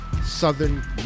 Southern